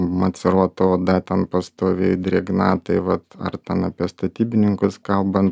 maceruota oda ten pastoviai drėgna tai vat ar ten apie statybininkus kalbant